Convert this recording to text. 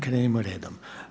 Krenimo redom.